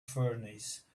furnace